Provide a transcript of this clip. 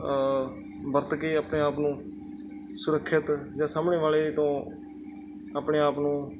ਵਰਤ ਕੇ ਆਪਣੇ ਆਪ ਨੂੰ ਸੁਰੱਖਿਅਤ ਜਾਂ ਸਾਹਮਣੇ ਵਾਲੇ ਤੋਂ ਆਪਣੇ ਆਪ ਨੂੰ